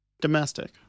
Domestic